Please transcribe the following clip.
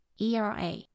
ERA